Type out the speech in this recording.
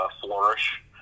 flourish